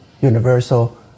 universal